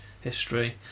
history